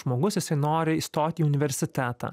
žmogus jisai nori įstot į universitetą